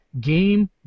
game